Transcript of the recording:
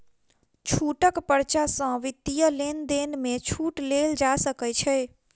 छूटक पर्चा सॅ वित्तीय लेन देन में छूट लेल जा सकै छै